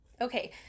Okay